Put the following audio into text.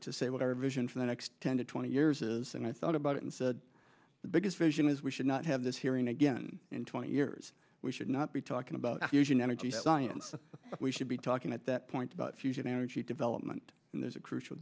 to say what our vision for the next ten to twenty years is and i thought about it and said the biggest vision is we should not have this hearing again in twenty years we should not be talking about fusion energy science but we should be talking at that point about fusion energy development and there's a crucial